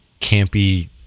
campy